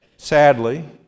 Sadly